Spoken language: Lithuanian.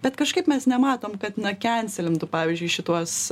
bet kažkaip mes nematom kad na kenselintų pavyzdžiui šituos